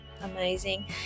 amazing